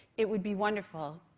it would be wonderful.